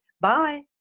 bye